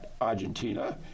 Argentina